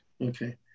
Okay